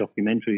documentaries